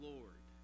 Lord